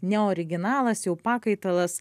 ne originalas jau pakaitalas